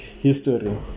History